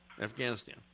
Afghanistan